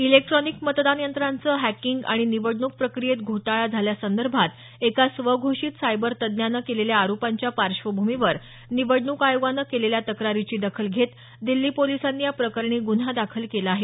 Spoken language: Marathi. इलेक्ट्रॉनिक मतदान यंत्रांचं हॅकींग आणि निवडणूक प्रक्रियेत घोटाळा झाल्यासंदर्भात एका स्वघोषित सायबर तज्ञानं केलेल्या आरोपांच्या पार्श्वभूमीवर निवडणूक आयोगानं केलेल्या तक्रारीची दखल घेत दिल्ली पोलिसांनी या प्रकरणी गुन्हा दाखल केला आहे